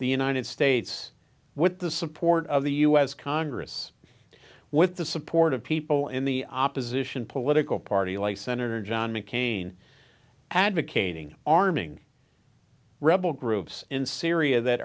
the united states with the support of the us congress with the support of people in the opposition political party like senator john mccain advocating arming rebel groups in syria that